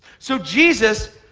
so jesus,